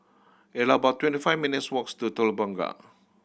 it about twenty five minutes walks to Telok Blangah